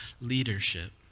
leadership